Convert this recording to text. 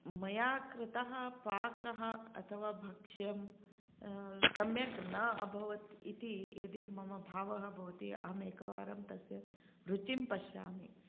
मया कृतः पाकः अथवा भक्ष्यं सम्यक् न अभवत् इति यदि मम भावः भवति अहम् एकवारं तस्य रुचिं पश्यामि